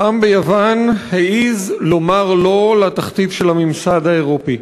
העם ביוון העז לומר "לא" לתכתיב של הממסד האירופי.